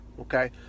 Okay